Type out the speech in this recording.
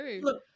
look